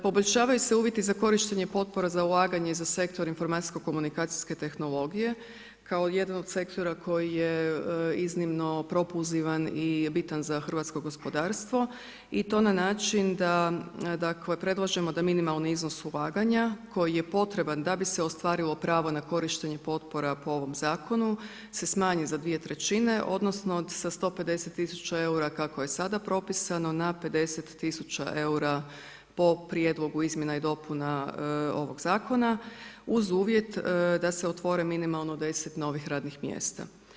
Poboljšavaju se uvjeti za korištenje potpora za ulaganje za sektor informacijsko-komunikacijske tehnologije kao jedan od sektora koji je iznimno propulzivan i bitan za hrvatsko gospodarstvo i to na način da, dakle predlažemo da minimalni iznos ulaganja koji je potreban da bi se ostvarilo pravo na korištenje potpora po ovom zakonu se smanji za dvije trećine, odnosno sa 150 000 eura kako je sada propisano na 50 000 eura po prijedloga izmjena i dopuna ovog zakona uz uvjet da se otvori minimalno 10 novih radnih mjesta.